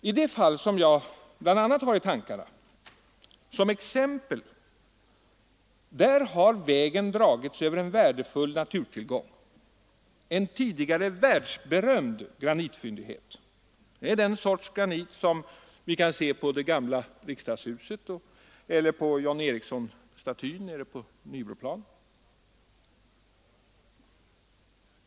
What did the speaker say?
I det fall som jag bl.a. har i tankarna som exempel har vägen dragits över en värdefull naturtillgång — en tidigare världsberömd granitfyndighet med en sorts granit som vi kan se på det gamla riksdagshuset eller på John Ericsson-statyn nere på Nybroplan.